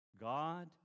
God